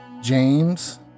James